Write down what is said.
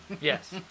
Yes